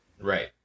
Right